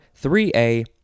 3A